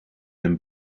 hem